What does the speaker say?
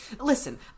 listen